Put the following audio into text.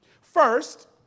First